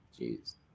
Jeez